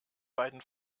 beiden